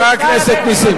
חבר הכנסת נסים